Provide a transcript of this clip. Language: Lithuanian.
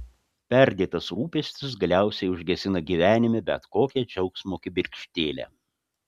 perdėtas rūpestis galiausiai užgesina gyvenime bet kokią džiaugsmo kibirkštėlę